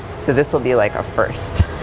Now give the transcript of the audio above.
so this'll be like a first.